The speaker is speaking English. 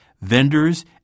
vendors